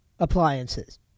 appliances